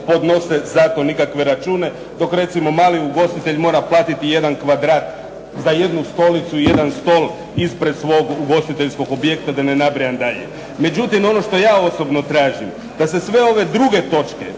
podnose za to nikakve račune, dok recimo mali ugostitelj mora platiti jedan kvadrat za jednu stolicu i jedan stol ispred svog ugostiteljskog objekta, da ne nabrajam dalje. Međutim, ono što ja osobno tražim da se sve ove druge točke,